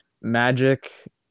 magic